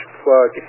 plug